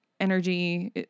energy